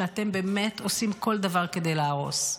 שאתם באמת עושים כל דבר כדי להרוס.